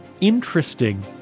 interesting